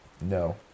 no